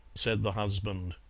said the husband.